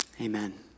amen